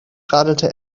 radelte